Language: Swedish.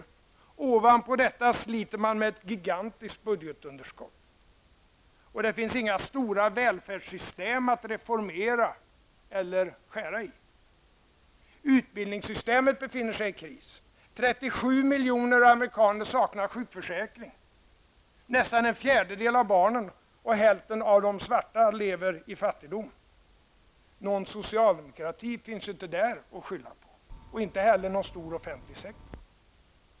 Ovanpå detta sliter man med ett gigantiskt budgetunderskott. Det finns inga stora välfärdssystem att reformera eller skära ner. Utbildningssystemet befinner sig i kris. 37 miljoner amerikaner saknar i dag sjukförsäkring. Nästan en fjärdedel av barnen och hälften av de svarta lever i fattigdom. Någon socialdemokrati finns inte där att skylla på, inte heller någon stor offentlig sektor.